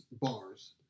bars